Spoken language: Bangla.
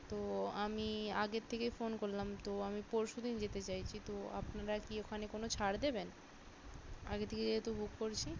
তো আমি আগের থেকেই ফোন করলাম তো আমি পরশুদিন যেতে চাইছি তো আপনারা কি ওখানে কোনো ছাড় দেবেন আগে থেকে যেহেতু বুক করছি